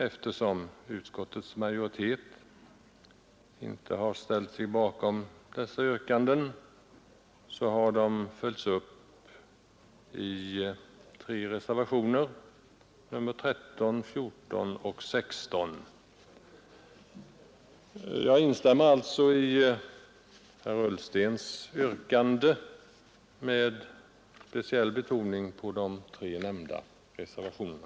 Eftersom utskottets majoritet inte ställt sig bakom dessa yrkanden, har de följts upp i tre reservationer, nr 13, 14 och 16. Jag instämmer alltså i herr Ullstens yrkande med speciell betoning på de tre nämnda reservationerna.